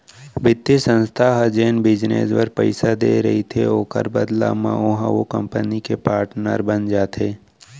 बित्तीय संस्था ह जेन बिजनेस बर पइसा देय रहिथे ओखर बदला म ओहा ओ कंपनी के पाटनर बन जाथे